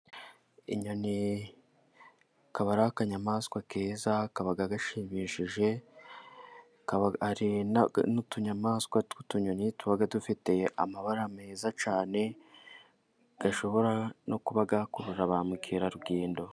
Inyoni ikaba ari akayamaswa keza kaba gashimishije. Hari n'utunyamaswa tw'utunyoni tuba dushimishije, dufite amabara meza cyane, ashobora no kuba gukurura ba mukerarugendo.